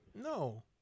No